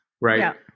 right